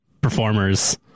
performers